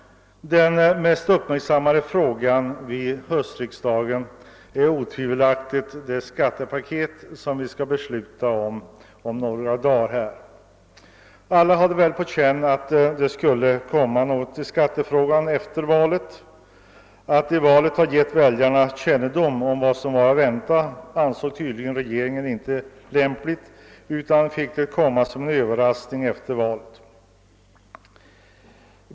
Den mest uppmärksammade frågan i höstriksdagen är otvivelaktigt det skattepaket som vi skall besluta om inom några dagar. Alla hade väl på känn att det skulle komma något förslag i skattefrågan efter valet. Att i valet ha gett väljarna kännedom om vad som var att vänta ansåg tydligen regeringen inte lämpligt, varför det fick komma som en överraskning efter valet.